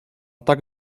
tak